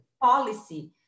policy